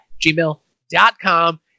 gmail.com